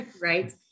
right